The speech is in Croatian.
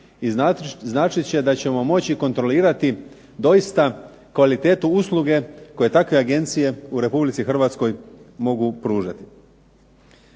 i značit će da ćemo moći kontrolirati doista kvalitetu usluge koje takve agencije u Republici Hrvatskoj mogu pružati.